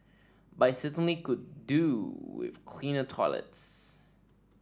but it certainly could do with cleaner toilets